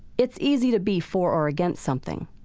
it's easy to be for or against something.